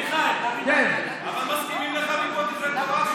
מיכאל, אבל מסכימים לך מפה דברי תורה?